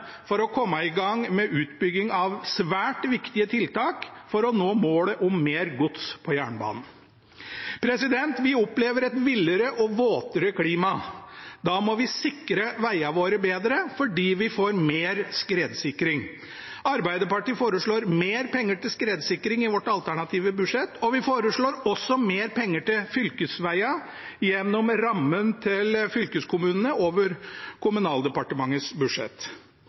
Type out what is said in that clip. for å komme i gang med utbygging av svært viktige tiltak for å nå målet om mer gods på jernbanen. Vi opplever et villere og våtere klima. Da må vi sikre vegene våre bedre, fordi vi får mer skred. Arbeiderpartiet foreslår mer penger til skredsikring i sitt alternative budsjett, og vi foreslår også mer penger til fylkesvegene gjennom rammen til fylkeskommunene over Kommunaldepartementets budsjett.